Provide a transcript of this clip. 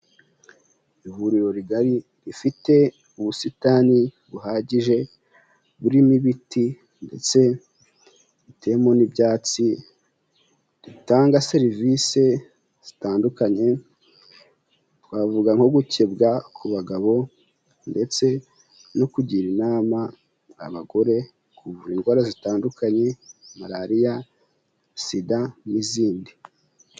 Ivuriro rigari rifite ubusitani buhagije burimo ibiti ndetse riteyemo n'ibyatsi, ritanga serivisi zitandukanye twavuga nko gukebwa ku bagabo ndetse no kugira inama abagore kuvura indwara zitandukanye malariya, sida n'izindi.